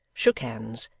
shook hands,